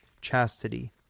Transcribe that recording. chastity